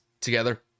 together